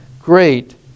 great